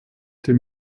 dem